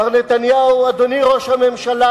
מר נתניהו, אדוני ראש הממשלה,